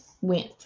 went